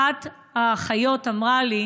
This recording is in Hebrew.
אחת האחיות אמרה לי: